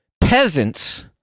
peasants